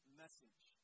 message